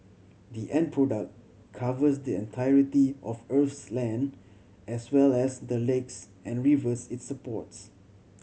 the end product covers the entirety of Earth's land as well as the lakes and rivers it's supports